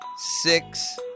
Six